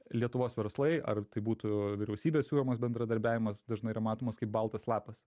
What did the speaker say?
lietuvos verslai ar tai būtų vyriausybės siūlomas bendradarbiavimas dažnai yra matomas kaip baltas lapas